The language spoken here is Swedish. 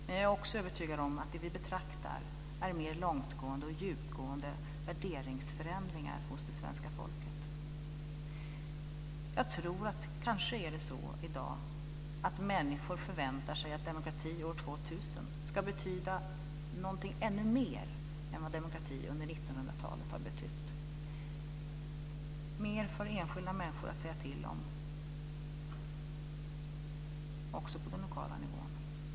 Men jag är också övertygad om att det vi betraktar är mer långtgående och djupgående värderingsförändringar hos det svenska folket. Jag tror att det kanske är så att människor i dag förväntar sig att demokrati år 2000 ska betyda något ännu mer än vad demokrati har betytt under 1900-talet; mer för enskilda människor att säga till om, också på den lokala nivån.